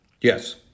Yes